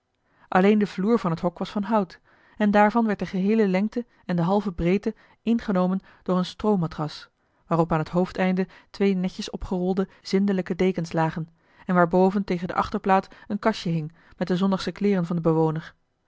alleen de vloer van het hok was van hout en daarvan werd de geheele lengte en de halve breedte ingenomen door eene stroomatras waarop aan het hoofdeinde twee netjes opgerolde zindelijke dekens lagen en waarboven tegen de achterplaat een kastje hing met de zondagsche kleeren van den bewoner